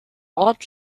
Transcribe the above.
ort